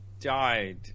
died